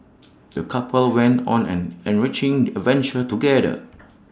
the couple went on an enriching adventure together